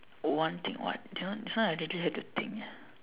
one thing what this one this one I really have to think eh